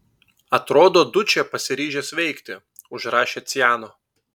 atrodo dučė pasiryžęs veikti užrašė ciano